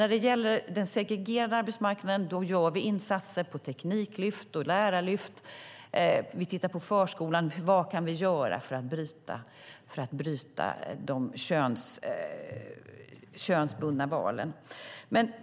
När det gäller den segregerade arbetsmarknaden gör vi insatser med tekniklyft och lärarlyft. Vi tittar på vad vi kan göra i förskolan för att bryta de könsbundna valen.